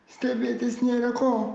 stebėtis nėra ko